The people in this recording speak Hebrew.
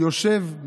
יושב,